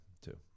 Two